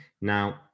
Now